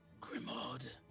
Grimaud